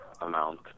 amount